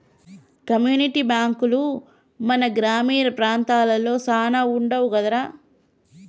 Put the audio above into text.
community బాంకులు మన గ్రామీణ ప్రాంతాలలో సాన వుండవు కదరా